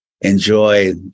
enjoy